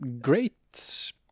great